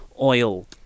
oil